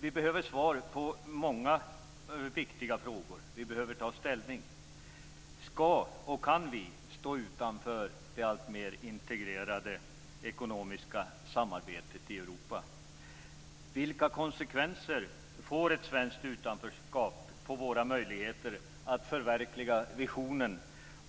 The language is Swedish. Vi behöver svar på många viktiga frågor, och vi behöver ta ställning. Skall och kan vi stå utanför det alltmer integrerade ekonomiska samarbetet i Europa? Vilka konsekvenser får ett svenskt utanförskap för våra möjligheter att förverkliga visionen